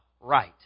right